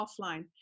offline